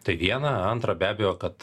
tai viena antra be abejo kad